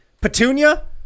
Petunia